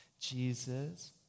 Jesus